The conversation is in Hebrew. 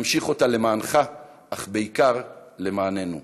נמשיך אותה למענך, אך בעיקר למעננו.